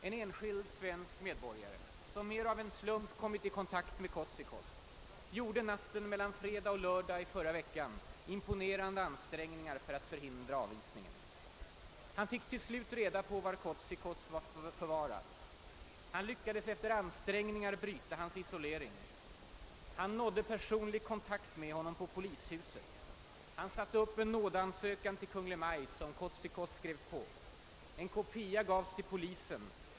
En enskild svensk medborgare, som mer av en slump kommit i kontakt med Kotzikos, gjorde natten mellan fredagen och lördagen förra veckan imponerande ansträngningar för att förhindra avvisningen. Han fick till slut reda på var Kotzikos var förvarad. Han lyckades bryta Kotzikos” isolering. Han nådde personlig kontakt med honom på polishuset. Han satte upp en nådeansökan till Kungl. Maj:t som Kotzikos skrev på. En kopia gavs till polisen.